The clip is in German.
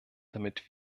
damit